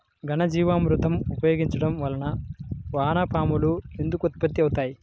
ఘనజీవామృతం ఉపయోగించటం వలన వాన పాములు ఎందుకు ఉత్పత్తి అవుతాయి?